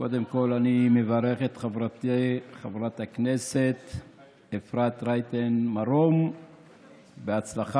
קודם כול אני מברך את חברתי חברת הכנסת אפרת רייטן מרום בהצלחה.